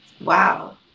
Wow